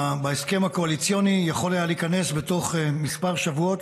בהסכם הקואליציוני יכול היה להיכנס בתוך כמה שבועות